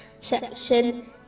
section